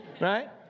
Right